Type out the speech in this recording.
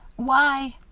why!